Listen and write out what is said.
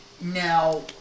Now